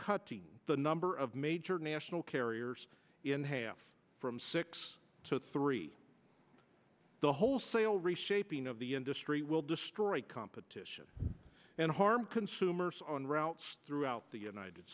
cutting the number of major national carriers in half from six to three the wholesale reshaping of the industry will destroy competition and harm consumers on routes throughout the united